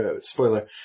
spoiler